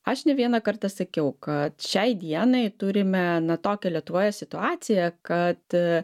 aš ne vieną kartą sakiau kad šiai dienai turime na tokią lietuvoje situaciją kad